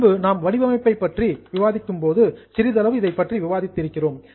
முன்பு நாம் வடிவமைப்பை பற்றி விவாதிக்கும் போது சிறிதளவு இதைப் பற்றி விவாதித்து இருக்கிறோம்